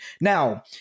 Now